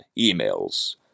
emails